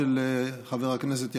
נו, תגיד שנייה, שלישית.